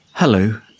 Hello